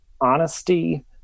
honesty